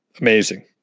Amazing